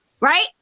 right